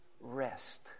rest